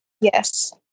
Yes